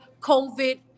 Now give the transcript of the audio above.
COVID